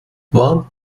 warnt